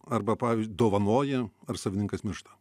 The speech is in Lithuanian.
arba pavyž dovanoji ar savininkas miršta